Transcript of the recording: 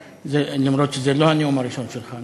אף שזה לא הנאום הראשון שלך.